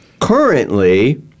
Currently